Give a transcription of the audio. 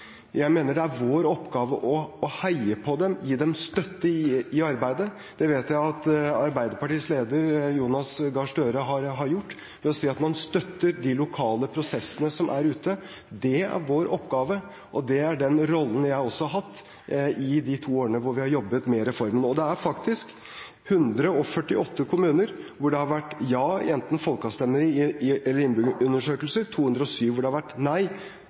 Jeg mener det er vår oppgave å heie på dem og gi dem støtte i arbeidet. Det vet jeg at Arbeiderpartiets leder, Jonas Gahr Støre, har gjort, ved å si at man støtter de lokale prosessene som er der ute. Det er vår oppgave, og det er den rollen også jeg har hatt i de to årene vi har jobbet med reformen. Og det er faktisk 148 kommuner hvor det har vært ja i enten folkeavstemninger eller innbyggerundersøkelser – 207 kommuner hvor det har vært